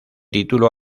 título